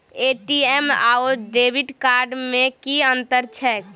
ATM आओर debit card मे की अंतर छैक?